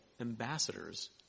ambassadors